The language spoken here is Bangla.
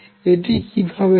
এটি কিভাবে হল